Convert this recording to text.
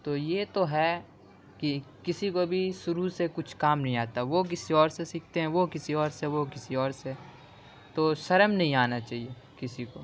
تو یہ تو ہے کہ کسی کو بھی شروع سے کچھ کام نہیں آتا وہ کسی اور سے سیکھتے ہیں وہ کسی اور سے وہ کسی اور سے تو شرم نہیں آنا چاہیے کسی کو